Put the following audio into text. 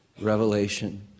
Revelation